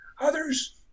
others